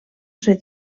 ser